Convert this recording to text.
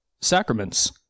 sacraments